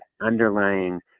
underlying